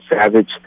Savage